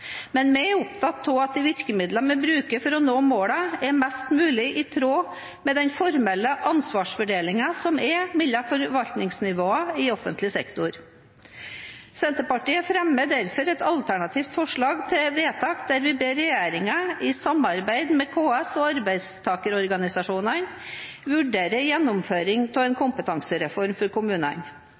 Men vi er opptatt av at de virkemidlene vi bruker for å nå målene, er mest mulig i tråd med den formelle ansvarsfordelingen som er mellom forvaltningsnivåene i offentlig sektor. Senterpartiet fremmer derfor et alternativt forslag hvor vi ber «regjeringen i samarbeid med KS og arbeidstakerorganisasjonene vurdere gjennomføring av en kompetansereform for kommunene».